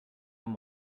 more